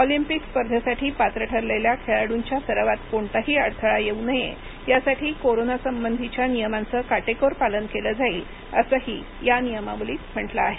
Olympic स्पर्धेसाठी पात्र ठरलेल्या खेळाडूंच्या सरावात कोणताही अडथळा येऊ नये यासाठी कोरोना संबंधीच्या नियमांचं काटेकोर पालन केलं जाईल असंही या नियमावलीत म्हटलं आहे